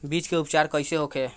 बीज उपचार कइसे होखे?